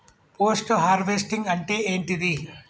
Post harvesting అంటే ఏంటిది?